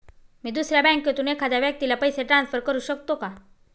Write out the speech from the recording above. मी दुसऱ्या बँकेतून एखाद्या व्यक्ती ला पैसे ट्रान्सफर करु शकतो का?